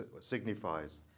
signifies